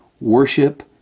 Worship